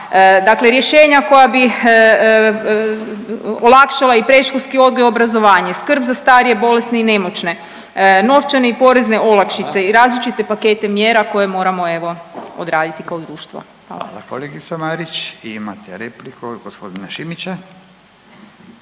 dakle rješenja koja bi olakšala i predškolski odgoj i obrazovanje, skrb za starije, bolesne i nemoćne, novčane i porezne olakšice i različite pakete mjera koja moramo evo odraditi kao društvo. Hvala. **Radin, Furio (Nezavisni)** Hvala kolegice Marić.